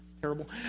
terrible